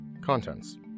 Contents